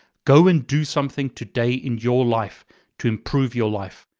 go and do something today in your life to improve your life.